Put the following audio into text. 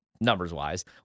numbers-wise